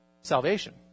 Salvation